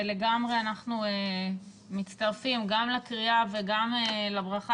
לגמרי אנחנו מצטרפים גם לקריאה וגם לברכה